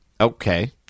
Okay